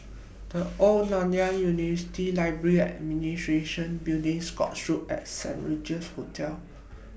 The Old Nanyang University Library and Administration Building Scotts Road and Saint Regis Hotel